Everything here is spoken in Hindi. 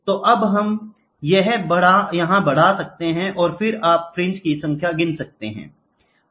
तो अब यह बढ़ जाता है और फिर आप फ्रिंज की संख्या गिनते हैं